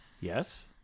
yes